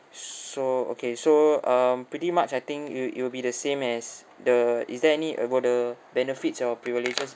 so okay so um pretty much I think it it will be the same as the is there any about the benefits or privileges